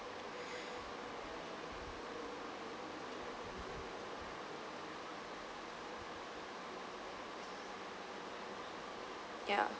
yeah